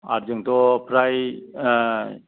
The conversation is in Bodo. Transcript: आर जोंंथ' फ्राय